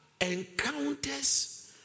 encounters